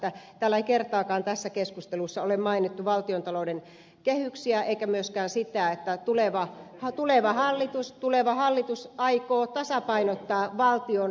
täällä ei kertaakaan tässä keskustelussa ole mainittu valtiontalouden kehyksiä eikä myöskään sitä että tuleva hallitus aikoo tasapainottaa valtiontaloutta